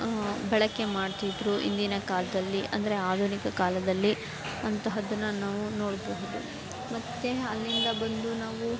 ಬಳಕೆ ಮಾಡ್ತಿದ್ದರು ಇಂದಿನ ಕಾಲದಲ್ಲಿ ಅಂದರೆ ಆಧುನಿಕ ಕಾಲದಲ್ಲಿ ಅಂತಹದ್ದನ್ನು ನಾವು ನೋಡಬಹುದು ಮತ್ತು ಅಲ್ಲಿಂದ ಬಂದು ನಾವು